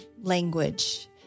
language